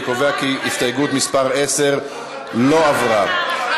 אני קובע כי הסתייגות מס' 10 לא התקבלה.